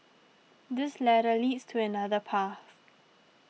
this ladder leads to another path